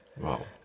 Wow